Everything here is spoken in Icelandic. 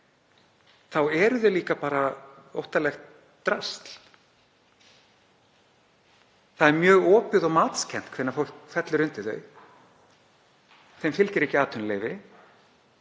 þá eru þau líka óttalegt drasl. Það er mjög opið og matskennt hvenær fólk fellur undir þau. Þeim fylgir ekki atvinnuleyfi,